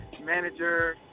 manager